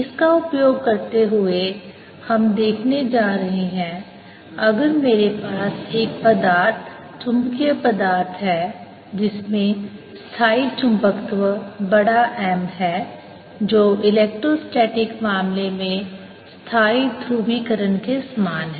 इसका उपयोग करते हुए अब हम दिखाने जा रहे हैं अगर मेरे पास एक पदार्थ चुंबकीय पदार्थ है जिसमें स्थायी चुंबकत्व बड़ा M है जो इलेक्ट्रोस्टैटिक मामले में स्थायी ध्रुवीकरण के समान है